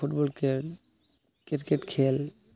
football ᱠᱷᱮᱞ cricket ᱠᱷᱮᱞ